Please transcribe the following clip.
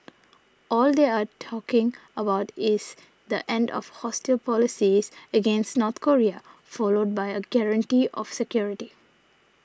all they are talking about is the end of hostile policies against North Korea followed by a guarantee of security